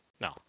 No